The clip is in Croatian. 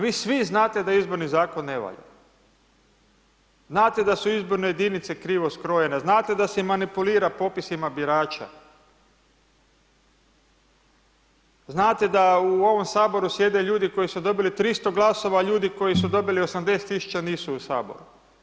Vi svi znate da Izborni zakon ne valja, znate da su izborne jedinice krivo skrojene, znate da se manipulira popisima birača, znate da u ovom Saboru sjede ljudi koji su dobili 300 glasova, a ljudi koji su dobili 80.000 nisu u Saboru.